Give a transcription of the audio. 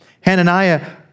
Hananiah